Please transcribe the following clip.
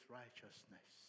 righteousness